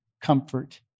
comfort